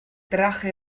drache